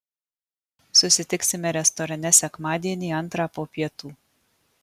susitiksime restorane sekmadienį antrą po pietų